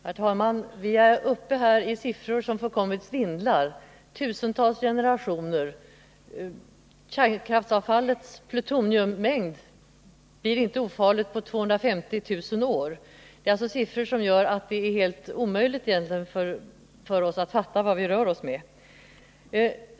Herr talman! Vi är uppe i siffror som fullkomligt svindlar. Det talas om tusentals generationer — kärnkraftsavfallets plutoniummängd blir inte ofarlig på 250 000 år. Det är siffror som är så höga att det är helt omöjligt för oss att fatta vad det rör sig om.